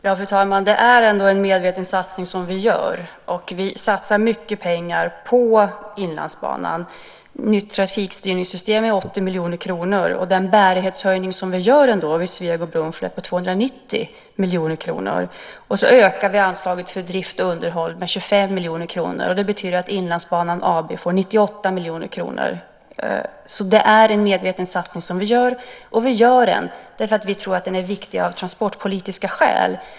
Fru talman! Det är ändå en medveten satsning som vi gör. Vi satsar mycket pengar på Inlandsbanan. Ett nytt trafikstyrningssystem kostar 80 miljoner kronor. Den bärighetshöjning som vi ändå gör vid Sveg och Brunflo kostar 290 miljoner kronor. Sedan ökar vi anslaget för drift och underhåll med 25 miljoner kronor, och det betyder att Inlandsbanan AB får 98 miljoner kronor. Det är alltså en medveten satsning som vi gör, och vi gör den därför att vi tror att den är viktig av transportpolitiska skäl.